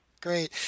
Great